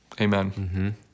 Amen